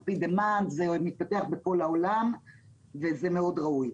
זה מתפתח בכל העולם וזה מאוד ראוי.